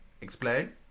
Explain